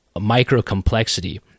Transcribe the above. micro-complexity